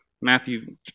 Matthew